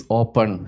open